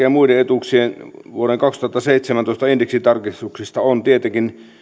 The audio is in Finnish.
ja muiden etuuksien vuoden kaksituhattaseitsemäntoista indeksitarkistuksista on tietenkin